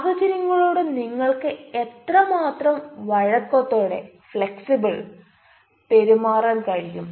സാഹചര്യങ്ങളോട് നിങ്ങൾക് എത്രമാത്രം വഴക്കത്തോടെ പെരുമാറാൻ കഴിയും